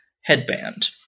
headband